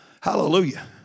Hallelujah